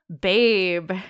Babe